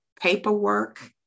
paperwork